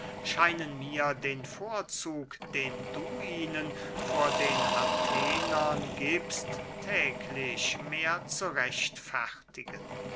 scheinen mir den vorzug den du ihnen vor den athenern giebst täglich mehr zu rechtfertigen